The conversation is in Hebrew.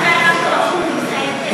זו הצבעה שמית.